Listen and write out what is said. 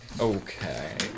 Okay